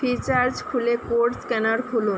Freecharge খুলে code scanner খুলুন